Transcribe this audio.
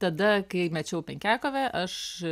tada kai mečiau penkiakovę aš